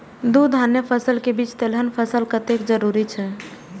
दू धान्य फसल के बीच तेलहन फसल कतेक जरूरी छे?